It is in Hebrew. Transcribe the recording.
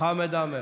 חמד עמאר.